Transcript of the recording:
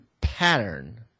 pattern